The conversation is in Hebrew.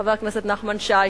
חבר הכנסת נחמן שי,